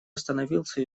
остановился